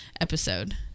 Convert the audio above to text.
episode